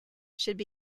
should